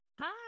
Hi